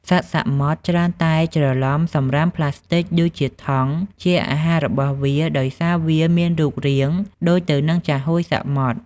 សត្វសមុទ្រច្រើនតែច្រឡំសំរាមប្លាស្ទិកដូចជាថង់ ជាអាហាររបស់វាដោយសារវាមានរូបរាងដូចទៅនឹងចាហួយសមុទ្រ។